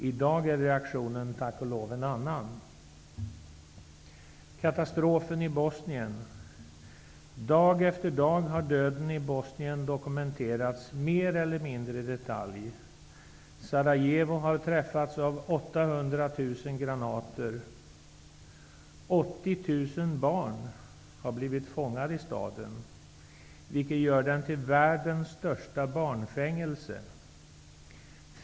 I dag är reaktionen tack och lov en annan. Dag efter dag har döden i Bosnien dokumenterats mer eller mindre i detalj. Sarajevo har träffats av 800 000 granater. 80 000 barn har blivit fångar i staden, vilket gör den till världens största barnfängelse.